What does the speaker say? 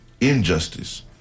injustice